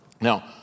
Now